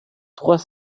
trois